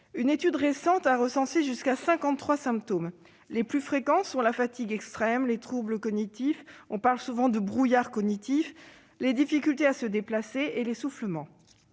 Une étude récente a recensé jusqu'à 53 symptômes. Les plus fréquents sont la fatigue extrême, les troubles cognitifs- on parle souvent de « brouillard cognitif »-, les difficultés à se déplacer et l'essoufflement.